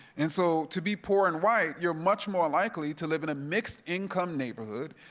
and so to be poor and white, you're much more likely to live in a mixed income neighborhood,